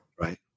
right